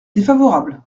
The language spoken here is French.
défavorable